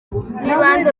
bw’ibanze